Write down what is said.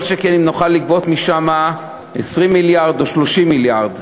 כל שכן אם נוכל לגבות משם 20 מיליארד או 30 מיליארד.